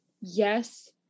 yes